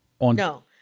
No